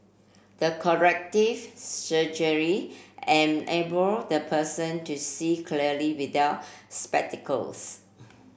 the corrective surgery enable the person to see clearly without spectacles